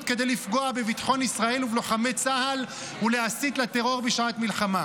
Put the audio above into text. כדי לפגוע בביטחון ישראל ובלוחמי צה"ל ולהסית לטרור בשעת מלחמה.